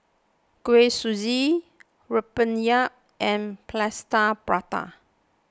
Kuih Suji Rempeyek and Plaster Prata